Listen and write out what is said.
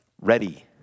Ready